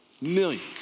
Millions